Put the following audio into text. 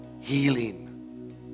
Healing